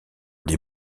des